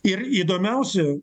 ir įdomiausių